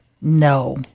No